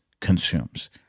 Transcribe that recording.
consumes